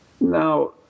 now